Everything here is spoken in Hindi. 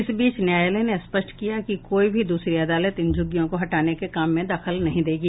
इस बीच न्यायालय ने स्पष्ट किया कि कोई भी दूसरी अदालत इन झुग्गियों को हटाने के काम में दखल नहीं देगी